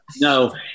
No